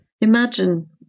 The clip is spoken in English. Imagine